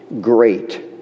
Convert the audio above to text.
great